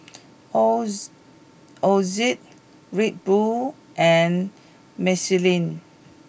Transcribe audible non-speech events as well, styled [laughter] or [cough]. [noise] Ozi Red Bull and Michelin